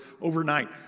overnight